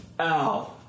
ow